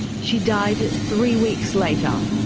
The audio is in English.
she died three weeks later.